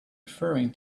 referring